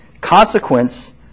Consequence